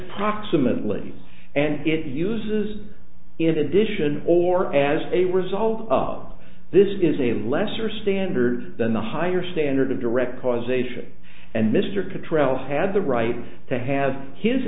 proximately and it uses in addition or as a result of this is a lesser standard than the higher standard of direct causation and mr control had the right to have his